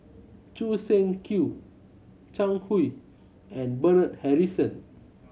Choo Seng Quee Zhang Hui and Bernard Harrison